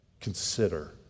consider